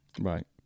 Right